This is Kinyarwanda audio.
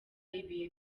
ibihe